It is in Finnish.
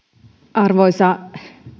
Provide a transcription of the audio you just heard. arvoisa